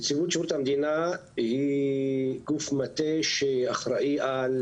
נציבות שירות המדינה היא גוף מטה שאחראי על